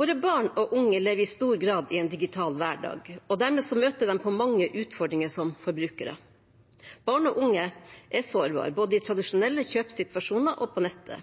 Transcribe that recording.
Våre barn og unge lever i stor grad i en digital hverdag, og dermed møter de på mange utfordringer som forbrukere. Barn og unge er sårbare, både i tradisjonelle kjøpssituasjoner og på nettet.